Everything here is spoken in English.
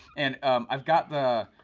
and i've got the,